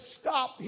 stop